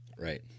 Right